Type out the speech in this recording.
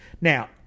Now